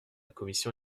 commission